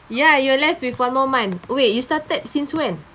ya you're left with one more month wait you started since when